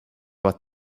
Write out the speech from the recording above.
what